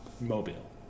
mobile